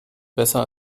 besser